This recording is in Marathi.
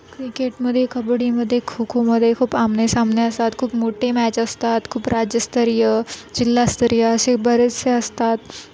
क्रिकेटमध्ये कबड्डीमध्ये खो खोमध्ये खूप आमनेसामने असतात खूप मोठे मॅच असतात खूप राज्यस्तरीय जिल्हास्तरीय असे बरेचसे असतात